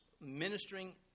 ministering